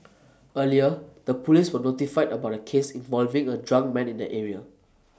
earlier the Police were notified about A case involving A drunk man in the area